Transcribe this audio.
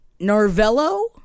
Narvello